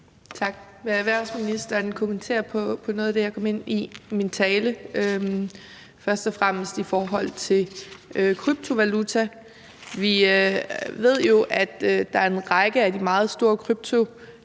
Tak. Vil erhvervsministeren kommentere på noget af det, jeg kom ind på i min tale, først og fremmest i forhold til kryptovaluta? Vi ved jo, at der er en række af de meget store kryptoplatforme,